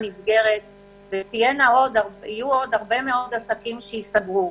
ויהיו עוד הרבה מאוד עסקים שייסגרו.